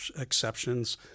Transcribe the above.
exceptions